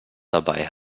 dabei